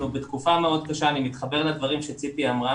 אנחנו בתקופה מאוד קשה ואני מתחבר לדברים שציפי אמרה